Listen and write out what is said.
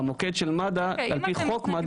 במוקד של מד"א על פי חוק מד"א --- אוקיי,